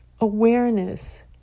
awareness